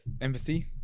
empathy